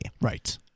Right